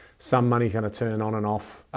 some money is going to turn on and off.